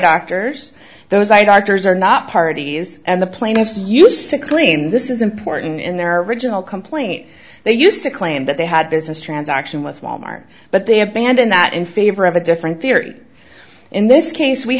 doctors those eye doctors are not parties and the plaintiffs used to clean this is important in their original complaint they used to claim that they had business transaction with wal mart but they abandoned that in favor of a different theory in this case we